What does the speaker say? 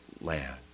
land